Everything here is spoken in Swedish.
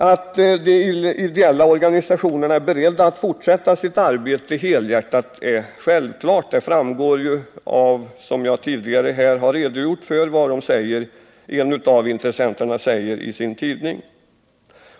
Att de ideella organisationerna är beredda att fortsätta att arbeta helhjärtat är självklart — det framgår av det jag nyss citerade ur Friluftsfrämjandets tidning.